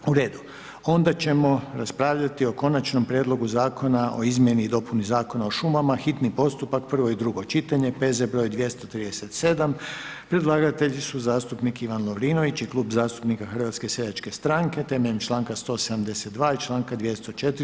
U redu, onda ćemo raspravljati o: - Konačnom prijedlogu Zakona o izmjeni i dopuni Zakona o šumama, hitni postupak, prvo i drugo čitanje, P.Z. br. 237 Predlagatelji su zastupnici Ivan Lovrinović i Klub zastupnika Hrvatske seljačke stranke, temeljem članka 172. i članka 204.